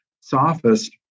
sophist